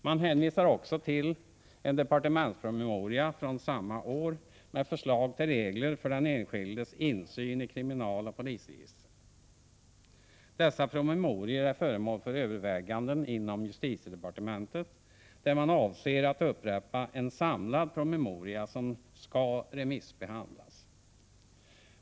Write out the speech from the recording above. Man hänvisar också till en departementspromemoria från samma år med förslag till regler för den enskildes insyn i kriminaloch polisregistren. Dessa promemorior är föremål för överväganden inom justitiedepartementet, där man avser att upprätta en samlad promemoria som skall remissbehandlas.